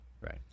Right